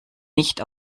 nicht